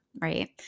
right